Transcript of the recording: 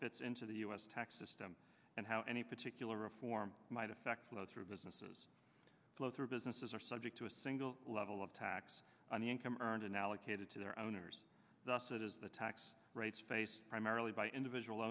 fits into the u s tax system and how any particular reform might affect flow through businesses flow through businesses are subject to a single level of tax on the income earned and allocated to their owners thus it is the tax rates face primarily by individual